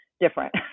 different